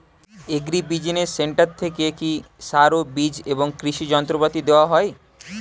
Agri business centre থেকে কি সার ও বিজ এবং কৃষি যন্ত্র পাতি দেওয়া হয়?